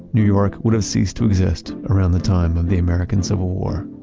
new york would have ceased to exist around the time of the american civil war.